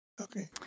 Okay